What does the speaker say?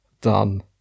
done